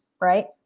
right